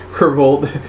revolt